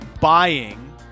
buying